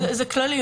זה כללי.